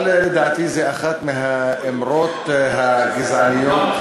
אבל לדעתי זו אחת מהאמרות הגזעניות.